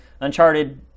Uncharted